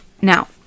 Now